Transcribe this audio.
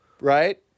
Right